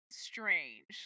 strange